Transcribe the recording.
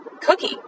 cookie